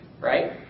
right